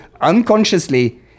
unconsciously